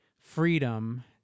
freedom